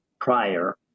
prior